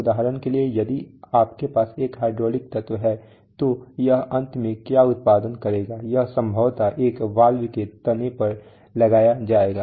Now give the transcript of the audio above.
उदाहरण के लिए यदि आपके पास एक हाइड्रोलिक तत्व है तो यह अंत में क्या उत्पादन करेगा यह संभवतः एक वाल्व के तने पर लगाया जाएगा